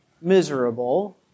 miserable